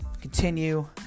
continue